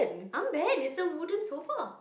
unban it's a wooden sofa